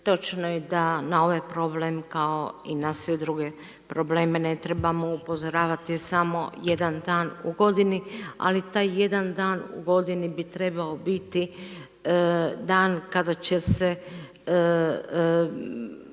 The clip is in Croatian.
točno je da na ovaj problem kao i na sve druge probleme ne trebamo upozoravati samo jedna dan u godini, ali taj jedan dan u godini bi trebao biti dan kada će se